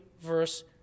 verse